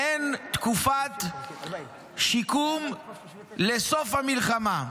מעין תקופת שיקום לסוף המלחמה.